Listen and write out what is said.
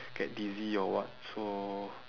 get dizzy or what so